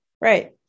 right